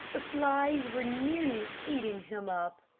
the flies were nearly eating him up.